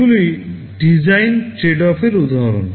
এগুলি design trade অফের উদাহরণ